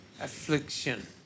affliction